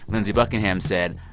lindsey buckingham said,